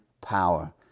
power